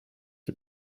for